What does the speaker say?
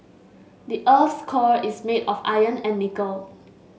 the earth's core is made of iron and nickel